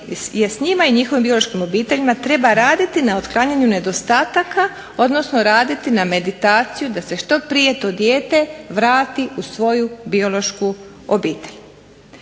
je s njima i njihovim biološkim obiteljima treba raditi na otklanjanju nedostataka odnosno raditi na meditaciju da se što prije to dijete vrati u svoju biološku obitelj.